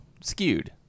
skewed